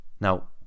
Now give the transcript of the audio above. Now